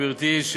גברתי,